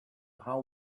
how